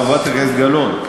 חברת הכנסת גלאון.